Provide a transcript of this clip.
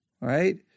right